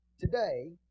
Today